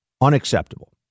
unacceptable